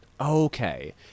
Okay